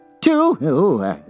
Two